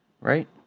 Right